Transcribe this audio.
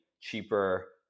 cheaper